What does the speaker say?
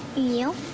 you.